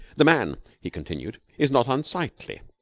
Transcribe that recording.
the man, he continued, is not unsightly.